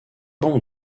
bon